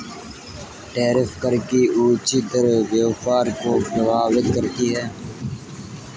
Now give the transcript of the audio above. tariff कर की ऊँची दर व्यापार को प्रभावित करती है